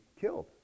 killed